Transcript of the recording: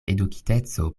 edukiteco